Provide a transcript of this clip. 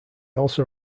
also